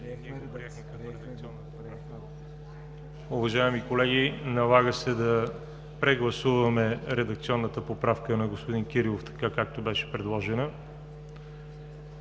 Уважаеми колеги, налага се да прегласуваме редакционната поправка на господин Кирилов така, както беше предложена.